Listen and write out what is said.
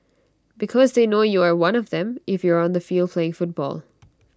because they know you are one of them if you are on the field playing football